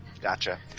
Gotcha